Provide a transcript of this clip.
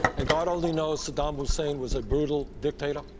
and god only knows saddam hussein was a brutal dictator.